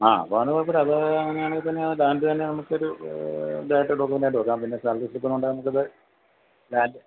ആ അപ്പം അതാണെങ്കിൽ കുഴപ്പമില്ല അത് അങ്ങനെയാണെങ്കിൽ തന്നെ ലാൻഡ് തന്നെ നമുക്കൊരു ഡയറക്റ്റ് ഡോക്യുമെൻ്റ ആയിട്ട് വെക്കാം പിന്നെ സാലറി സ്ലിപ്പ് ഉണ്ടെങ്കിൽ നമുക്ക് ഇത് ലാൻഡ്